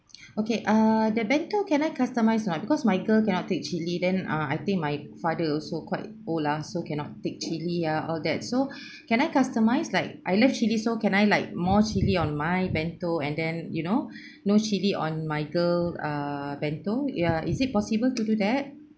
okay err the bento can I customise or not because my girl cannot take chilli then ah I think my father also quite old lah so cannot take chilli ah all that so can I customise like I love chilli so can I like more chilli on my bento and then you know no chilli on my girl err bento ya is it possible to do that